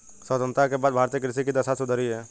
स्वतंत्रता के बाद भारतीय कृषि की दशा सुधरी है